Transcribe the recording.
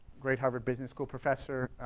great harvard business school professor